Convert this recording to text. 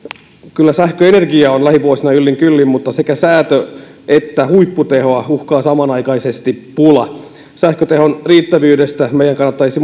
kyllä sähköenergiaa on lähivuosina yllin kyllin mutta sekä säätö että huipputehoa uhkaa samanaikaisesti pula sähkötehon riittävyydestä meidän kannattaisi